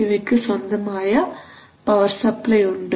ഇവയ്ക്കു സ്വന്തമായ power supply ഉണ്ട്